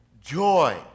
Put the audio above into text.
joy